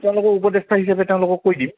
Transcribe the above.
তেওঁলোকৰ উপদেষ্টা হিচোপে তেওঁলোকক কৈ দিম